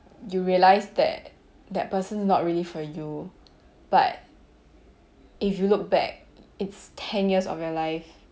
you realise that that person's not really for you but if you look back it's ten years of your life